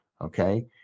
okay